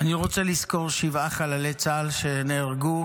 אני רוצה לזכור שבעה חללי צה"ל שנהרגו,